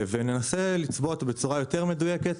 וננסה לצבוע אותו בצורה יותר מדויקת.